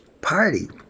party